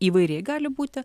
įvairiai gali būti